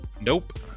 nope